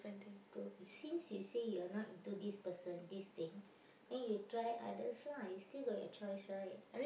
to since you say you are not into this person this thing then you try others lah you still got your choice right